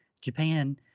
japan